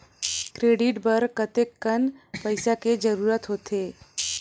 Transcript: Credit बर कतेकन पईसा के जरूरत होथे?